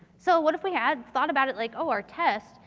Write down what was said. so, what if we had thought about it like, oh, our test,